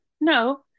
no